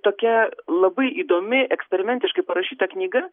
tokia labai įdomi eksperimentiškai parašyta knyga